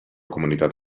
comunitat